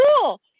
cool